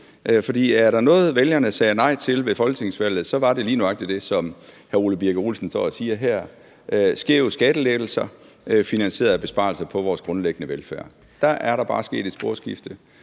er der noget, vælgerne sagde nej til ved folketingsvalget, var det lige nøjagtig det, som hr. Ole Birk Olesen står og siger her: skæve skattelettelser finansieret af besparelser på vores grundlæggende velfærd. Der er der bare sket et sporskifte